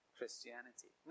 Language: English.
Christianity